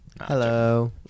Hello